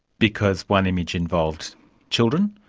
because one image involved children,